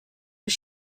was